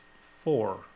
Four